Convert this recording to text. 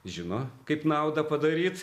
žino kaip naudą padaryt